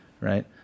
right